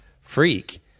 freak